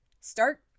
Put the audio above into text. start